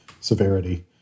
severity